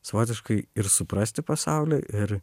savotiškai ir suprasti pasaulį ir